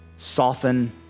Soften